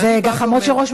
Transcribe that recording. אלה גחמות של ראש